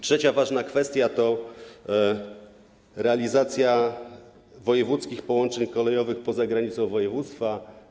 Trzecia ważna kwestia to realizacja wojewódzkich połączeń kolejowych poza granicą województwa.